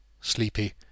sleepy